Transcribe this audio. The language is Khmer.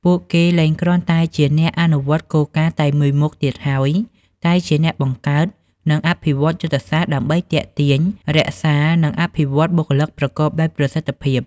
ពួកគេលែងគ្រាន់តែជាអ្នកអនុវត្តគោលការណ៍តែមួយមុខទៀតហើយ តែជាអ្នកបង្កើត និងអភិវឌ្ឍយុទ្ធសាស្ត្រដើម្បីទាក់ទាញ រក្សា និងអភិវឌ្ឍបុគ្គលិកប្រកបដោយប្រសិទ្ធភាព។